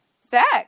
sex